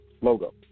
logo